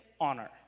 honor